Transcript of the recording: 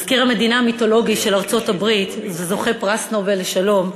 מזכיר המדינה המיתולוגי של ארצות-הברית וזוכה פרס נובל לשלום,